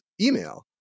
email